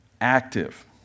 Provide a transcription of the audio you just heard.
Active